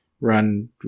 run